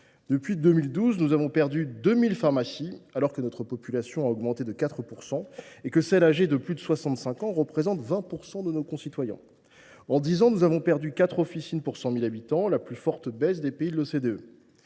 Depuis 2012, nous avons perdu 2 000 pharmacies, alors que notre population a augmenté de 4 % et que les personnes âgées de plus de 65 ans représentent 20 % de nos concitoyens. En dix ans, nous avons perdu quatre officines pour 100 000 habitants, soit la plus forte baisse des pays de l’OCDE.